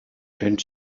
and